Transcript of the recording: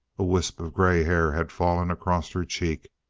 a wisp of gray hair had fallen across her cheek,